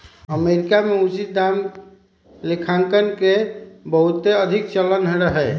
America में उचित दाम लेखांकन के बहुते अधिक चलन रहै